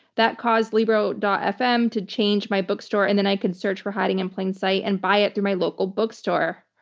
that caused libro. fm to change my bookstore, and then i could search for hiding in plain sight and buy it through my local bookstore.